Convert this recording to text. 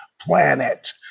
planet